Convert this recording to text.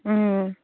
ꯎꯝ